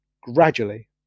gradually